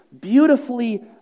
beautifully